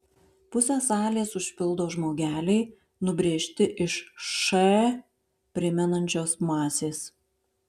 pusę salės užpildo žmogeliai nubrėžti iš š primenančios masės